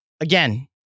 again